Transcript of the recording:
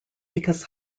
because